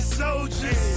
soldiers